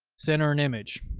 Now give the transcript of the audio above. center, her an image,